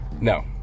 No